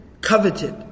coveted